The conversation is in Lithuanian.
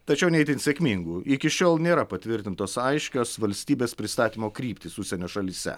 tačiau ne itin sėkmingų iki šiol nėra patvirtintos aiškios valstybės pristatymo kryptys užsienio šalyse